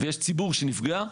ויש ציבור שנפגע.